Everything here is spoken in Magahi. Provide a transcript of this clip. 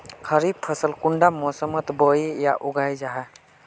खरीफ फसल कुंडा मोसमोत बोई या उगाहा जाहा?